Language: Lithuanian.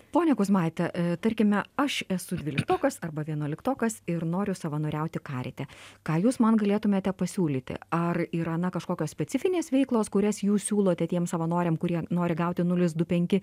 ponia kuzmaite tarkime aš esu dvyliktokas arba vienuoliktokas ir noriu savanoriauti karite ką jūs man galėtumėte pasiūlyti ar yra na kažkokios specifinės veiklos kurias jūs siūlote tiems savanoriam kurie nori gauti nulis du penki